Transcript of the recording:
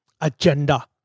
agenda